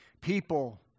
people